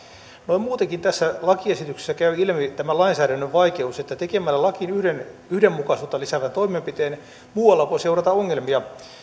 noin muutenkin tässä lakiesityksessä käy ilmi tämän lainsäädännön vaikeus että tekemällä lakiin yhden yhdenmukaisuutta lisäävän toimenpiteen voi muualla seurata ongelmia